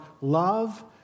love